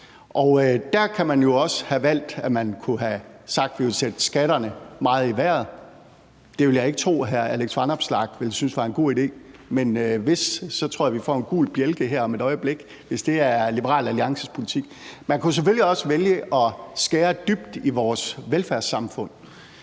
Der kunne man så også have valgt at sige, at vi vil sætte skatterne meget i vejret, men det vil jeg ikke tro hr. Alex Vanopslagh ville synes var en god idé, men hvis han gør det, tror jeg, at vi får en gul bjælke her om et øjeblik, altså hvis det er Liberal Alliances politik. Man kunne selvfølgelig også vælge at skære dybt i vores velfærdssamfund,